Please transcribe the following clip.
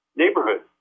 neighborhood